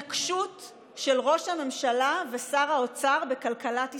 התנקשות של ראש הממשלה ושר האוצר בכלכלת ישראל".